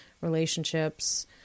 relationships